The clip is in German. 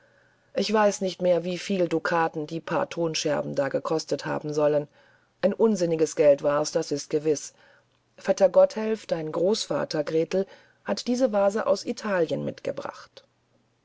ich weiß nicht mehr wieviel dukaten die paar thonscherben da gekostet haben sollen ein unsinniges geld war's das ist gewiß vetter gotthelf dein großvater gretel hat diese vase aus italien mitgebracht